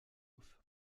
off